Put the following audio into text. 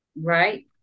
right